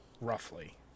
roughly